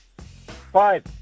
Five